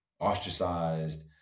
ostracized